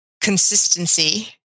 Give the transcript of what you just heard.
consistency